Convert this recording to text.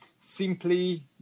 simply